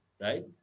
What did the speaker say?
right